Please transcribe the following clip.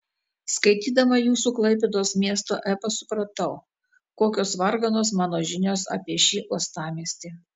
skaitydama jūsų klaipėdos miesto epą supratau kokios varganos mano žinios apie šį uostamiestį